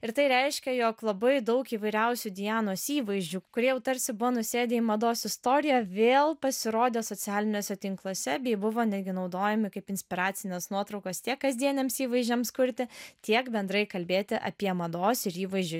ir tai reiškia jog labai daug įvairiausių dianos įvaizdžių kurie jau tarsi buvo nusėdę į mados istoriją vėl pasirodė socialiniuose tinkluose bei buvo netgi naudojami kaip inspiracinės nuotraukos tiek kasdieniams įvaizdžiams kurti tiek bendrai kalbėti apie mados ir įvaizdžio